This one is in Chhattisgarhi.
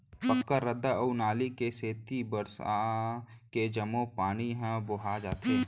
पक्का रद्दा अउ नाली के सेती बरसा के जम्मो पानी ह बोहा जाथे